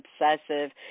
obsessive